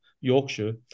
Yorkshire